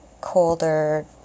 colder